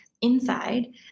inside